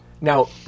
Now